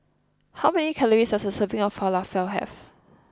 how many calories does a serving of Falafel have